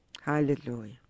Hallelujah